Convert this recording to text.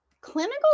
clinical